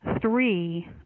three